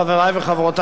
חברת